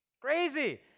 crazy